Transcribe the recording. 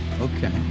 Okay